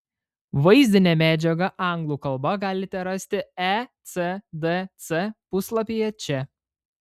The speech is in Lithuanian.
vaizdinę medžiagą anglų kalba galite rasti ecdc puslapyje čia